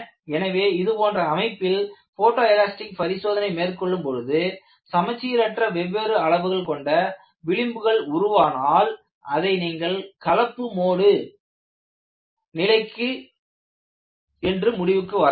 எனவே இது போன்ற அமைப்பில் போட்டோ எலாஸ்டிக் பரிசோதனை மேற்கொள்ளும் பொழுது சமச்சீரற்ற வெவ்வேறு அளவுகள் கொண்ட விளிம்புகள் உருவானால் அதை நீங்கள் கலப்பு மோடு நிலை என்று முடிவுக்கு வரலாம்